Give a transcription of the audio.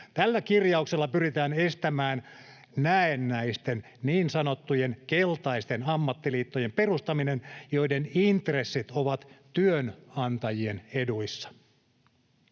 Tällä kirjauksella pyritään estämään näennäisten, niin sanottujen keltaisten ammattiliittojen perustaminen, joiden intressit ovat työnantajien eduissa.